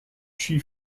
she